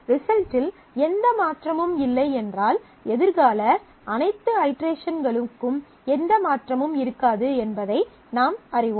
ரிசல்ட்டில் எந்த மாற்றமும் இல்லை என்றால் எதிர்கால அனைத்து ஐட்ரெஷன்களுக்கும் எந்த மாற்றமும் இருக்காது என்பதை நாம் அறிவோம்